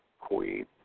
queen